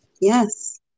Yes